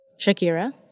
Shakira